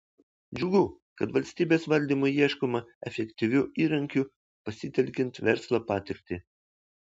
džiugu kad valstybės valdymui ieškoma efektyvių įrankių pasitelkiant verslo patirtį